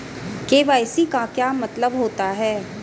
KYC का क्या मतलब होता है?